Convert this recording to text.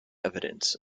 evidence